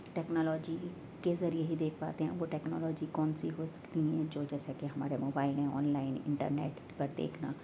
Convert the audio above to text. technology کے ذریعے ہی دیکھ پاتے اب وہ ٹیکنالوجی کون سی ہو سکتی ہیں جو جیسا کہ ہمارے موبائل میں آن لائن انٹرنیٹ پر دیکھنا